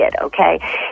okay